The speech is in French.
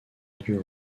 lieu